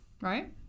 right